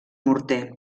morter